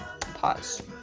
Pause